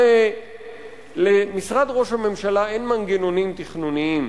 אבל למשרד ראש הממשלה אין מנגנונים תכנוניים.